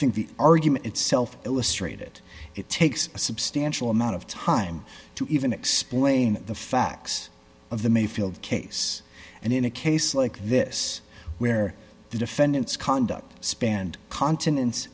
think the argument itself illustrated it takes a substantial amount of time to even explain the facts of the mayfield case and in a case like this where the defendant's conduct spanned continence